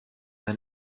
then